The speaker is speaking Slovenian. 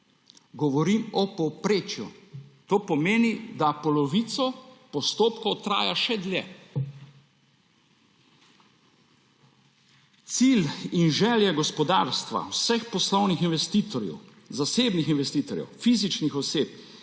Govorim o povprečju. To pomeni, da polovica postopkov traja še dlje. Cilj in želje gospodarstva, vseh poslovnih investitorjev, zasebnih investitorjev, fizičnih oseb